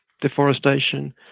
deforestation